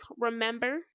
remember